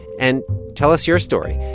and tell us your story.